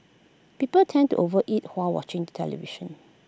people tend to overeat while watching television